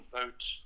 vote